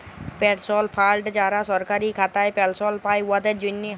পেলশল ফাল্ড যারা সরকারি খাতায় পেলশল পায়, উয়াদের জ্যনহে